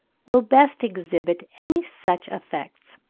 will best exhibit any such effects.